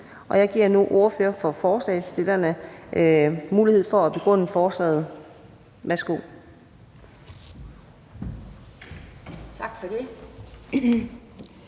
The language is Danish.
Jeg giver nu ordføreren for forslagsstillerne mulighed for at begrunde forslaget. Værsgo. Kl.